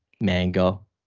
mango